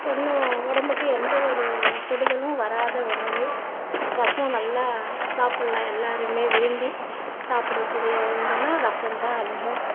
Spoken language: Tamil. ஒன்றும் உடம்புக்கு எந்த ஒரு கெடுதல் வராத உணவு ரசம் நல்லா சாப்பிலாம் எல்லோருமே விரும்பி சாப்பிடகூடிய ஒன்றுனா ரசம் தான் அதிகம்